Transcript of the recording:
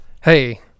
Hey